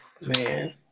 man